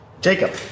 Jacob